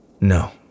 No